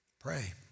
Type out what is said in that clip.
pray